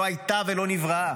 לא היה ולא נברא,